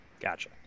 Gotcha